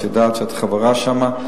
את יודעת, את חברה שם.